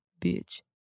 bitch